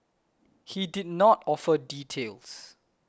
he did not offer details